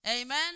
Amen